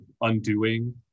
undoing